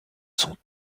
son